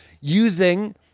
using